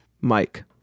mike